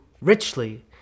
richly